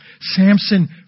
Samson